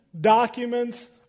documents